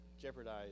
jeopardize